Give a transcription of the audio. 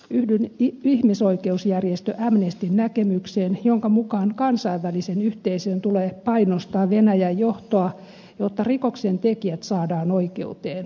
yhdyn ihmisoikeusjärjestö amnestyn näkemykseen jonka mukaan kansainvälisen yhteisön tulee painostaa venäjän johtoa jotta rikoksentekijät saadaan oikeuteen